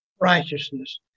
righteousness